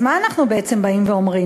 אז מה אנחנו בעצם אומרים?